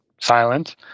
silent